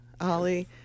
Ollie